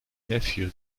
nephew